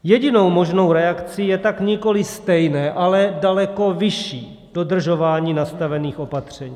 Jedinou možnou reakcí je tak nikoliv stejné, ale daleko vyšší dodržování nastavených opatření.